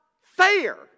fair